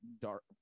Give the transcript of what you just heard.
dark